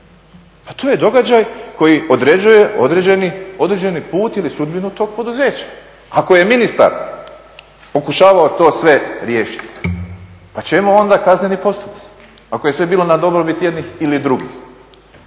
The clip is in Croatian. pa to je događaj koji određuje određeni put ili sudbinu tog poduzeća. Ako je ministar pokušavao to sve riješiti, pa čemu onda kazneni postupci ako je sve bilo na dobrobit jednih ili drugih.